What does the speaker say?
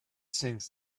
sinks